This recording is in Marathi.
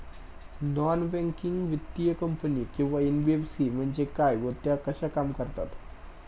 नॉन बँकिंग वित्तीय कंपनी किंवा एन.बी.एफ.सी म्हणजे काय व त्या कशा काम करतात?